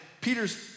Peter's